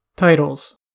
TITLES